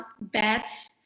beds